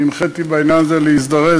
אני הנחיתי בעניין הזה להזדרז.